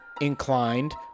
inclined